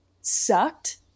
sucked